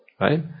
Right